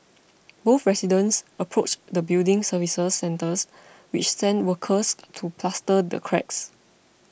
both residents approached their building services centres which sent workers to plaster the cracks